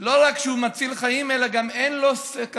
לא רק שהוא מציל חיים, אלא גם אין בו סכנות,